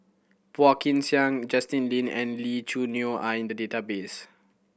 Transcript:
Phua Kin Siang Justin Lean and Lee Choo Neo are in the database